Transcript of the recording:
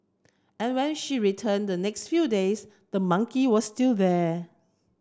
and when she returned the next few days the monkey was still there